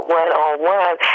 one-on-one